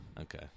Okay